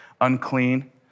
unclean